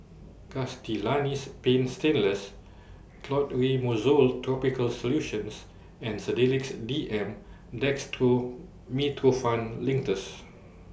Castellani's Paint Stainless Clotrimozole Topical Solution and Sedilix D M Dextromethorphan Linctus